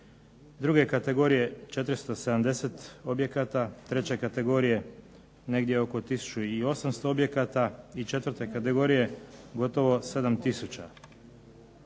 druge kategorije 470 objekata, treće kategorije negdje 1800 objekata i četvrte kategorije gotovo 7